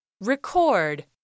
Record